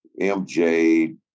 MJ